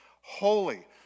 holy